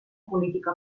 política